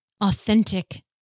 authentic